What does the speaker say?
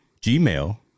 Gmail